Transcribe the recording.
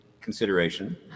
consideration